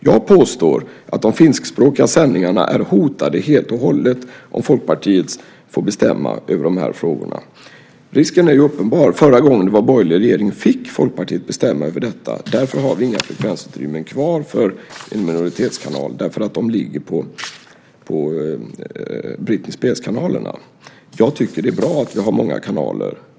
Jag påstår att de finskspråkiga sändningarna är hotade helt och hållet om Folkpartiet får bestämma över de här frågorna. Risken är uppenbar. Förra gången det var en borgerlig regering fick Folkpartiet bestämma över detta. Därför har vi inga frekvensutrymmen kvar för en minoritetskanal. De ligger på Britney Spears-kanalerna. Jag tycker att det är bra att vi har många kanaler.